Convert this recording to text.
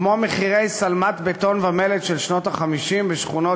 כמו מחירי שלמת בטון ומלט של שנות ה-50 בשכונות